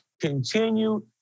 continue